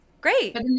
great